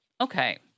Okay